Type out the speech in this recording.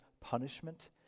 punishment